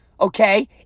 okay